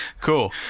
cool